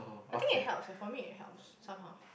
I think it helps eh for me it helps somehow